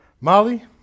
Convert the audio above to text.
Molly